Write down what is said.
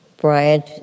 Bryant